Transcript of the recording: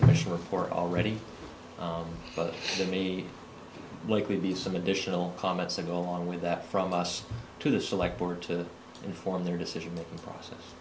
commission report already but to me like would be some additional comments ago along with that from us to the select board to inform their decision making process